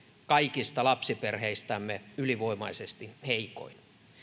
kaikista lapsiperheistämme ylivoimaisesti heikoin